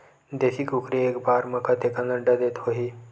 देशी कुकरी एक बार म कतेकन अंडा देत होही?